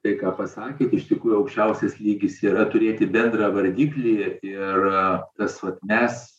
tai ką pasakėt iš tikrųjų aukščiausias lygis yra turėti bendrą vardiklį ir tas vat mes